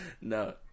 No